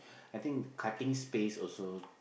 I think cutting space also